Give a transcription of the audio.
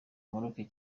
maroc